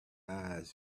eyes